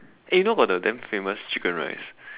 eh you know got the damn famous chicken rice